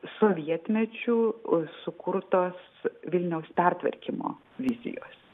sovietmečiu sukurtos vilniaus pertvarkymo vizijos